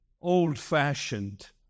old-fashioned